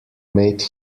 made